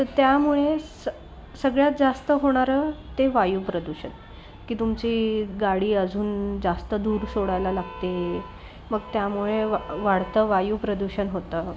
तर त्यामुळे स सगळ्यात जास्त होणारं ते वायु प्रदूषण की तुमची गाडी अजून जास्त धूर सोडायला लागते मग त्यामुळे वा वाढतं वायु प्रदूषण होतं